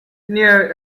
near